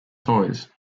toys